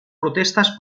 protestas